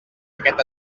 aquest